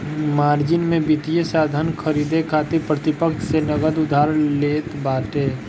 margin में वित्तीय साधन खरीदे खातिर प्रतिपक्ष से नगद उधार लेत बाटे